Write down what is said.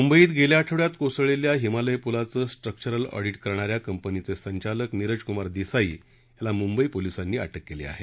मुंबईत गेल्या आठवड्यात कोसळलेल्या हिमालय पुलाचं स्ट्रक्चरल ऑडिट करणा या कंपनीचे संचालक नीरज कुमार देसाई यांना मुंबई पोलिसांनी अटक केली आहे